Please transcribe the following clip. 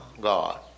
God